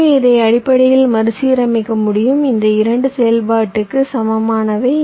எனவே இதை அடிப்படையில் மறுசீரமைக்க முடியும் இந்த 2 செயல்பாட்டுக்கு சமமானவை